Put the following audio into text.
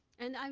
and i